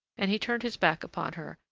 and he turned his back upon her,